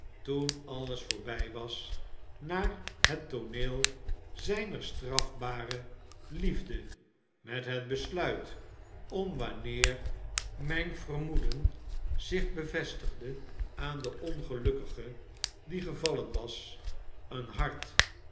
toen alles voorbij was naar het tooneel zijner strafbare liefde met het besluit om wanneer mijn vermoeden zich bevestigde aan de ongelukkige die gevallen was een hart